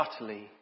utterly